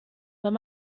wenn